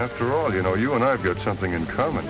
after all you know you and i've got something in common